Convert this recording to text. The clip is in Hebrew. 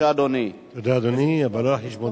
הוא אחוז הקצינים העולים במשטרה?